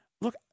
look